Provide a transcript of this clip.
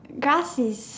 grass is